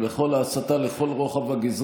בא להניח תפילין ליהודי